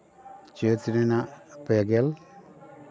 ᱪᱟᱹᱛ ᱨᱮᱱᱟᱜ ᱯᱮ ᱜᱮᱞ